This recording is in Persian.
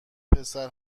پسر